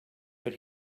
but